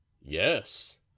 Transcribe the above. Yes